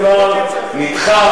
כל דבר לא מתקיים בזמן,